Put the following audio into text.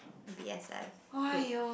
B_S_S group